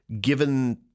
given